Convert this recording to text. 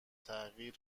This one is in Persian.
تغییر